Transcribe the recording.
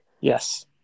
Yes